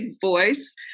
voice